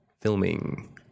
filming